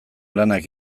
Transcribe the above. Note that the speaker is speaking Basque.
lanak